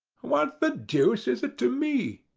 what the deuce is it to me?